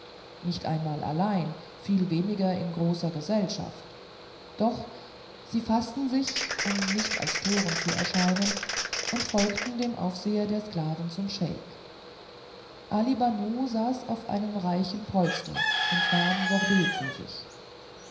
nicht einmal allein viel weniger in so großer gesellschaft doch sie faßten sich um nicht als toren zu erscheinen und folgten dem aufseher der sklaven zum scheik ali banu saß auf einem reichen polster und nahm sorbet zu sich